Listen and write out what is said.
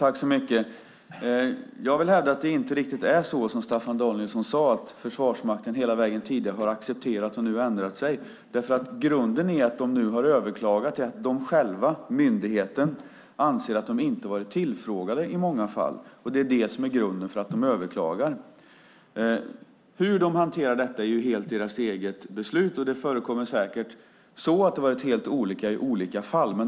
Fru talman! Jag vill hävda att det inte riktigt är så som Staffan Danielsson sade att Försvarsmakten tidigare har accepterat hela vägen och nu ändrat sig. Grunden till att Försvarsmakten nu överklagat är nämligen att myndigheten själv anser att den inte varit tillfrågad i många fall. Det är grunden för överklagandet. Hur de hanterar detta är helt deras eget beslut, och det förekommer säkert att det har varit helt olika i olika fall.